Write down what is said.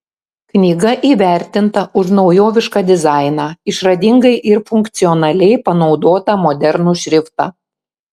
knyga įvertinta už naujovišką dizainą išradingai ir funkcionaliai panaudotą modernų šriftą